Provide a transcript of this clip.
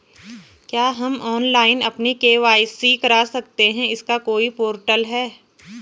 क्या हम ऑनलाइन अपनी के.वाई.सी करा सकते हैं इसका कोई पोर्टल है?